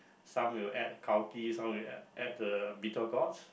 some will add gao di some will add add the bitter gourd